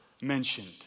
mentioned